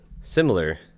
similar